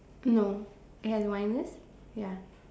no it has a wine list ya